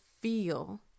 feel